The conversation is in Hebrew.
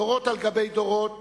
דורות על גבי דורות